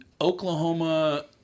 Oklahoma